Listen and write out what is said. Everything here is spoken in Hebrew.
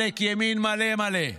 עלק ימין מלא מלא.